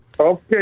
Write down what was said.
Okay